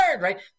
right